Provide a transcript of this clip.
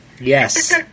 Yes